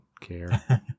care